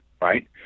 right